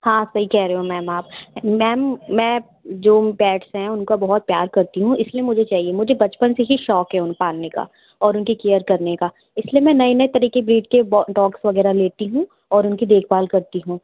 हाँ सही कह रहे हो मैम आप मैम मैं जो पेट्स हैं उनको बहुत प्यार करती हूँ इस लिए मुझे चाहिए मुझे बचपन से ही शौक़ है उन्हे पालने का और उनकी केयर करने का इस लिए मैं नए नए तरह की ब्रीड के डॉग्स वग़ैरह लेती हूँ और उनकी देख भाल करती हूँ